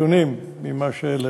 הנתונים הם שונים ממה שהעלית: